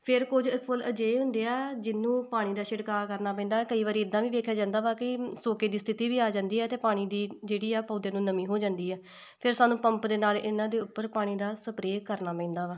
ਫਿਰ ਕੁਝ ਫੁੱਲ ਅਜਿਹੇ ਹੁੰਦੇ ਆ ਜਿਹਨੂੰ ਪਾਣੀ ਦਾ ਛਿੜਕਾਅ ਕਰਨਾ ਪੈਂਦਾ ਕਈ ਵਾਰੀ ਇੱਦਾਂ ਵੀ ਵੇਖਿਆ ਜਾਂਦਾ ਵਾ ਕਿ ਸੋਕੇ ਦੀ ਸਥਿਤੀ ਵੀ ਆ ਜਾਂਦੀ ਆ ਅਤੇ ਪਾਣੀ ਦੀ ਜਿਹੜੀ ਆ ਪੌਦੇ ਨੂੰ ਨਮੀ ਹੋ ਜਾਂਦੀ ਹੈ ਫਿਰ ਸਾਨੂੰ ਪੰਪ ਦੇ ਨਾਲ਼ ਇਹਨਾਂ ਦੇ ਉੱਪਰ ਪਾਣੀ ਦਾ ਸਪਰੇਅ ਕਰਨਾ ਪੈਂਦਾ ਵਾ